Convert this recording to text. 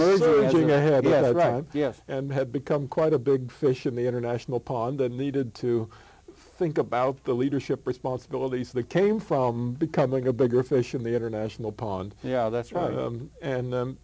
run yes and had become quite a big fish in the international pond and needed to think about the leadership responsibilities that came from becoming a bigger fish in the international pond yeah that's right and the